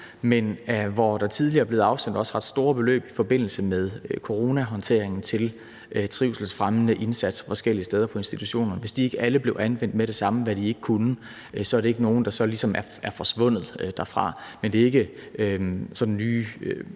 Men der er tidligere blevet afsat ret store beløb i forbindelse med coronahåndteringen til trivselsfremmende indsatser forskellige steder på institutionerne. Hvis de ikke alle blev anvendt med det samme, hvad de ikke gjorde, så er det ikke nogen, som ligesom er forsvundet derfra, men det er ikke nye